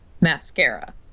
Mascara